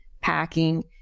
packing